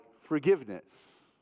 forgiveness